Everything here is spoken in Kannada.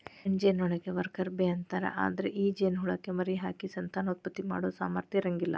ಹೆಣ್ಣ ಜೇನನೊಣಕ್ಕ ವರ್ಕರ್ ಬೇ ಅಂತಾರ, ಅದ್ರ ಈ ಜೇನಹುಳಕ್ಕ ಮರಿಹಾಕಿ ಸಂತಾನೋತ್ಪತ್ತಿ ಮಾಡೋ ಸಾಮರ್ಥ್ಯ ಇರಂಗಿಲ್ಲ